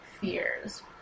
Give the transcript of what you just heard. fears